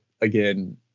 again